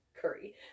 curry